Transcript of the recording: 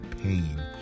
pain